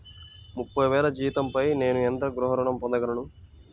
ముప్పై వేల జీతంపై నేను ఎంత గృహ ఋణం పొందగలను?